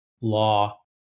law